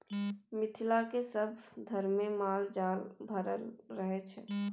मिथिलाक सभ घरमे माल जाल भरल रहय छै